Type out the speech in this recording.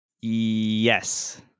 Yes